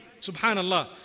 Subhanallah